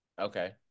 Okay